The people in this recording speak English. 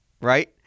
right